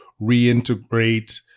reintegrate